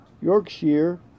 Yorkshire